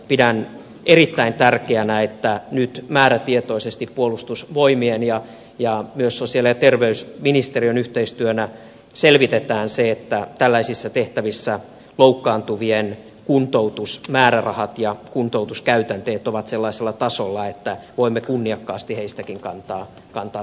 pidän erittäin tärkeänä että nyt määrätietoisesti puolustusvoimien ja myös sosiaali ja terveysministeriön yhteistyönä selvitetään se että tällaisissa tehtävissä loukkaantuvien kuntoutusmäärärahat ja kuntoutuskäytänteet ovat sellaisella tasolla että voimme kunniakkaasti heistäkin kantaa sen vastuun joka meille kuuluu